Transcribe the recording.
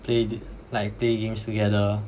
play th~ like play games together